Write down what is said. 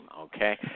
Okay